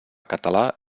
català